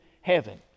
heaven